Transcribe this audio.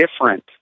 different